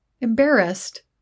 embarrassed